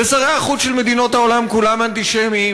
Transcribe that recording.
ושרי החוץ של מדינות העולם כולם אנטישמים,